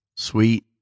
Sweet